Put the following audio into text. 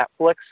Netflix